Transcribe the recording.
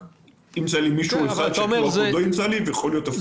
ימצא לי מישהו שהיישום לא ימצא לי ויכול להיות הפוך.